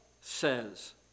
says